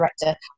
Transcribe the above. director